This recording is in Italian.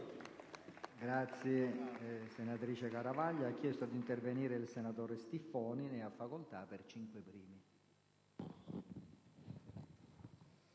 Grazie